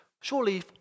surely